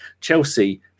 Chelsea